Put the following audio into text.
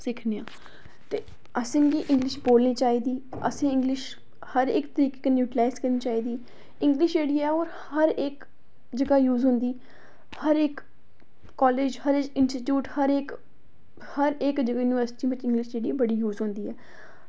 सिक्खने ते असेंगी इंग्लिश बोलनी चाहिदी असेंगी इंग्लिश जेह्ड़ी ऐ हर इक जगह यूज़ होंदी हर इक कालेज हर इक इंस्टीच्टयूट हर इक्क यूनिवर्सिटी बिच्च बड़ी यूज़ होंदी ऐ